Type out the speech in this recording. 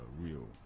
real